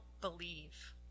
believe